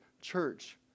Church